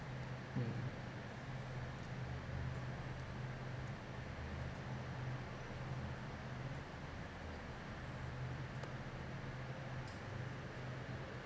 mm